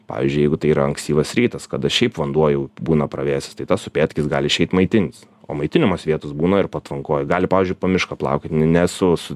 pavyzdžiui jeigu tai yra ankstyvas rytas kada šiaip vanduo jau būna pravėsęs tai tas upėtakis gali išeit maitintis o maitinimosi vietos būna ir patvankoj gali pavyzdžiui po mišką plaukiot nesu su